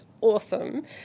awesome